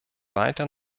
weiter